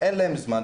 אין להם זמן.